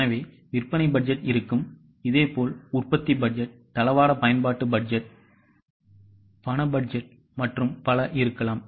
எனவே விற்பனை பட்ஜெட் இருக்கும் இதேபோல் உற்பத்தி பட்ஜெட் தளவாட பயன்பாட்டு பட்ஜெட் பண பட்ஜெட் மற்றும் பல இருக்கலாம்